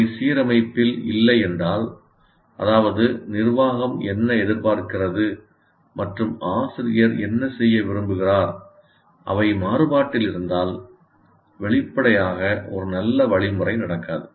அவை சீரமைப்பில் இல்லை என்றால் அதாவது நிர்வாகம் என்ன எதிர்பார்க்கிறது மற்றும் ஆசிரியர் என்ன செய்ய விரும்புகிறார் அவை மாறுபாட்டில் இருந்தால் வெளிப்படையாக ஒரு நல்ல வழிமுறை நடக்காது